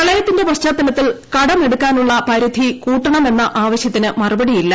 പ്രളയത്തിന്റെ പശ്ചാത്തലത്തിൽ കടമെടുക്കാനുള്ള പരിധി കൂട്ടണമെന്ന ആ വശൃത്തിന് മറുപടിയില്ല